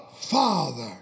Father